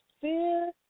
Fear